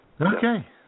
Okay